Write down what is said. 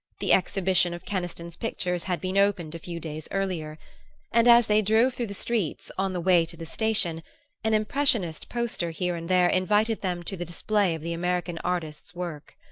the exhibition of keniston's pictures had been opened a few days earlier and as they drove through the streets on the way to the station an impressionist poster here and there invited them to the display of the american artist's work.